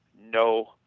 no